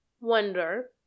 wonder